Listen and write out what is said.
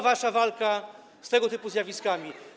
wasza walka z tego typu zjawiskami.